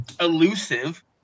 elusive